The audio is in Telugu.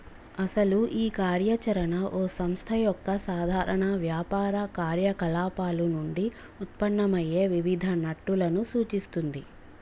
అసలు ఈ కార్య చరణ ఓ సంస్థ యొక్క సాధారణ వ్యాపార కార్యకలాపాలు నుండి ఉత్పన్నమయ్యే వివిధ నట్టులను సూచిస్తుంది